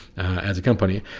at the company.